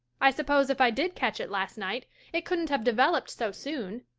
i suppose if i did catch it last night it couldn't have developed so soon.